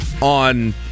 on